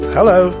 Hello